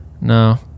No